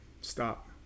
Stop